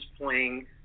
playing